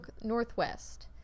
Northwest